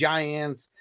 Giants